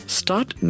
start